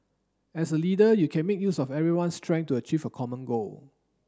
as a leader you can make use of everyone's strength to achieve a common goal